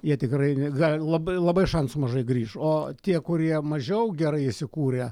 jie tikrai negali labai labai šansų mažai grįš o tie kurie mažiau gerai įsikūrę